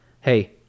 Hey